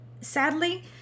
sadly